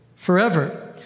forever